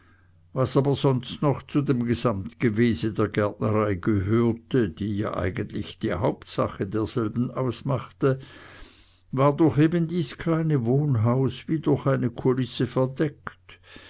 was aber sonst noch zu dem gesamtgewese der gärtnerei gehörte ja die recht eigentliche hauptsache derselben ausmachte war durch eben dies kleine wohnhaus wie durch eine kulisse versteckt